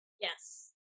Yes